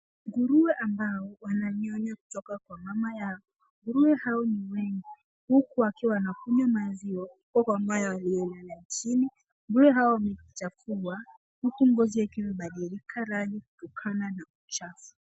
Nguruwe ambao wananyonya kutoka kwa mama yao. Nguruwe hao ni wengi huku wakiwa wanakunywa maziwa kutoka kwa mama aliyelala chini. Nguruwe hawa wamejichafua huku ngozi yake imebadilika rangi kutokana na uchafu.